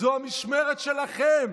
זו המשמרת שלכם.